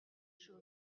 chose